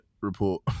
report